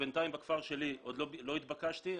בינתיים בכפר שלי עוד לא התבקשתי,